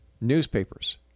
newspapers